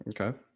Okay